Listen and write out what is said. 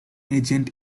agent